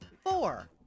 Four